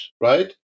right